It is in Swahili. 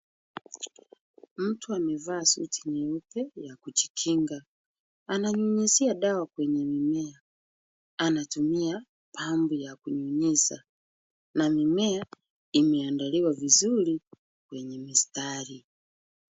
Mtu amevaa suti nyeupe ya kujikinga ananyunyuzia dawa kwenye mimea. Anatumia pampu ya kunyunyiza na mimea imeandaliwa vizuri kwenye mistari.